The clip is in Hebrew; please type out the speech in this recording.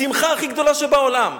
השמחה הכי גדולה שבעולם,